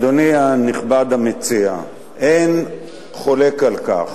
אדוני הנכבד, המציע, אין חולק על כך